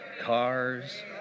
Cars